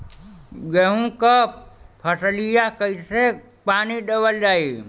गेहूँक फसलिया कईसे पानी देवल जाई?